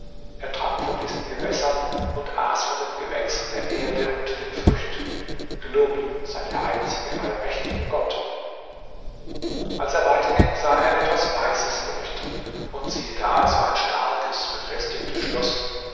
er trank von diesen gewässern und aß von den gewächsen der erde und den früchten gelobt sei der einzige allmächtige gott als er weiterging sah er etwas weißes leuchten und sieh da es war ein starkes befestigtes schloß